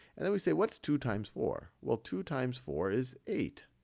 and then we say, what's two times four? well, two times four is eight.